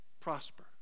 prosper